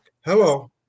Hello